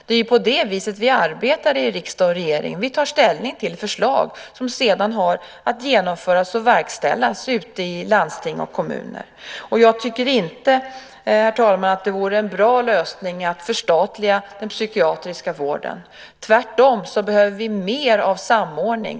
Det är ju på det viset vi arbetar i riksdag och regering; vi tar ställning till förslag som sedan har att genomföras och verkställas ute i landsting och kommuner. Jag tycker inte, herr talman, att det vore en bra lösning att förstatliga den psykiatriska vården. Tvärtom behöver vi mer av samordning.